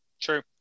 true